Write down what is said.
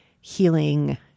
healing